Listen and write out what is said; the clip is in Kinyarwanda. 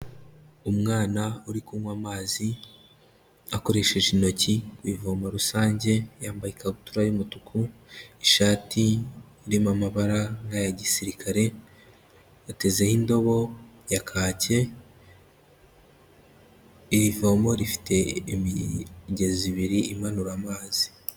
Umwana uri kunywa amazi akoresheje intoki ku ivomo rusange, yambaye ikabutura y'umutuku, ishati irimo amabara nk'aya gisirikare, atezeho indobo ya kake, iri vomo rifite imigezi ibiri imanura amazi